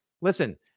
Listen